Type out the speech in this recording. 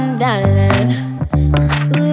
darling